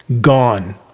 gone